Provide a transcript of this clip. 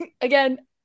again